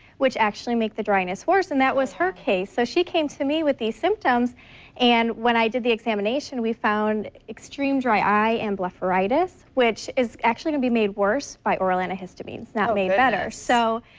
which actually make the dryness worse and that was her case so she came to me with these symptoms and when i did the examination we found extreme dry eye and blepharitis which is actually going to be made worse by oral antihistamines, not made better. so